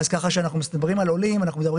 אז כשאנחנו מדברים על עולים אנחנו מדברים